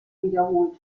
wiederholt